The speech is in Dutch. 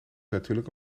natuurlijk